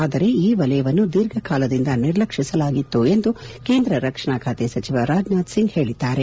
ಆದರೆ ಈ ವಲಯವನ್ನು ದೀರ್ಘಕಾಲದಿಂದ ನಿರ್ಲಕ್ಷಿಸಲಾಗಿತ್ತು ಎಂದು ಕೇಂದ್ರ ರಕ್ಷಣಾ ಸಚಿವ ರಾಜನಾಥ್ ಸಿಂಗ್ ಹೇಳಿದ್ದಾರೆ